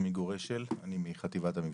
גור אשל מחטיבת המבצעים.